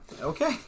Okay